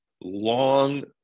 long